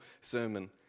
sermon